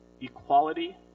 equality